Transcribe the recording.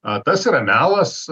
a tas yra melas